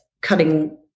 cutting